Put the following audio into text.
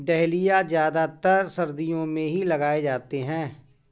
dahlia ज्यादातर सर्दियो मे ही लगाये जाते है